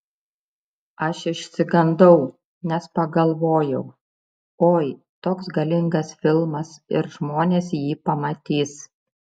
aš išsigandau nes pagalvojau oi toks galingas filmas ir žmonės jį pamatys